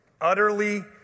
Utterly